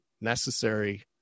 Necessary